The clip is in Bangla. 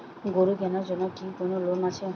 গরু কেনার জন্য কি কোন লোন আছে?